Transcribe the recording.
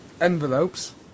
envelopes